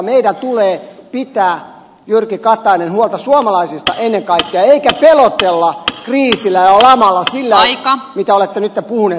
meidän tulee pitää jyrki katainen huolta suomalaisista ennen kaikkea eikä pelotella kriisillä ja lamalla sillä mitä olette nyt puhunut tänään täällä